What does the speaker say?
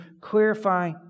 clarify